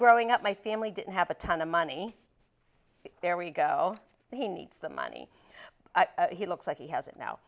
growing up my family didn't have a ton of money there we go he needs the money he looks like he has it now